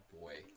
boy